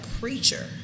preacher